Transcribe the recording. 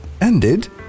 ended